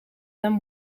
them